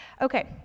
Okay